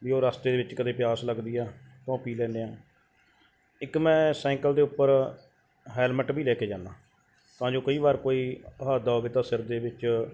ਵੀ ਉਹ ਰਸਤੇ ਵਿੱਚ ਕਦੇ ਪਿਆਸ ਲੱਗਦੀ ਆ ਤਾਂ ਉਹ ਪੀ ਲੈਂਦੇ ਹਾਂ ਇੱਕ ਮੈਂ ਸਾਈਕਲ ਦੇ ਉੱਪਰ ਹੈਲਮਟ ਵੀ ਲੈ ਕੇ ਜਾਂਦਾ ਤਾਂ ਜੋ ਕਈ ਵਾਰ ਕੋਈ ਹਾਦਸਾ ਹੋਵੇ ਤਾਂ ਸਿਰ ਦੇ ਵਿੱਚ